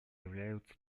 являются